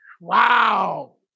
Wow